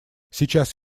сейчас